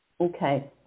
Okay